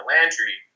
Landry